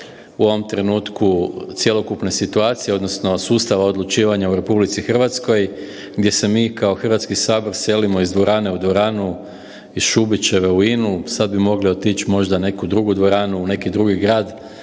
u ovom trenutku cjelokupne situacije, odnosno sustava odlučivanja u RH, gdje se mi kao Hrvatski sabor selimo iz dvorane u dvoranu iz Šubićeve u INU, sad bi mogli možda otići u neku drugu dvoranu, u neki drugi grad,